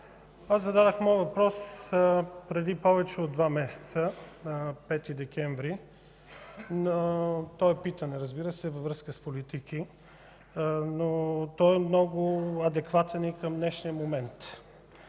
Аз зададох моя въпрос преди повече от два месеца – 5 декември. Разбира се, то е питане във връзка с политики, но е много адекватен и към днешния момент.